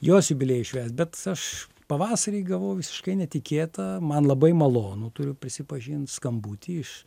jos jubiliejų švęst bet aš pavasarį gavau visiškai netikėtą man labai malonu turiu prisipažint skambutį iš